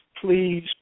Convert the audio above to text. please